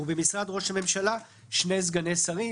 "ובמשרד ראש הממשלה, שני סגני שרים"."